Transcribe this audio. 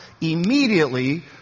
Immediately